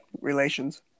relations